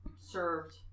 served